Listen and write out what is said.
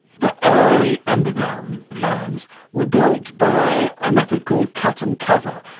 the early underground lines were built by a method called cut and cover,